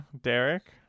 Derek